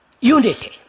unity